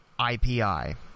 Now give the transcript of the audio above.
IPI